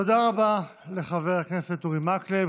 תודה רבה לחבר הכנסת אורי מקלב.